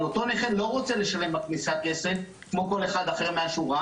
אותו נכה לא רוצה לשלם בכניסה כסף כמו כל אחד אחר מהשורה,